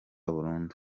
burundu